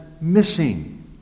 missing